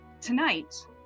Tonight